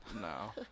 No